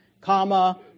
comma